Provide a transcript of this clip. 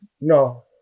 No